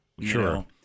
Sure